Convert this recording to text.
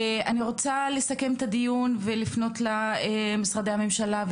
אני רוצה לסכם את הדיון ולפנות למשרדי הממשלה,